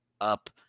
up